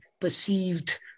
perceived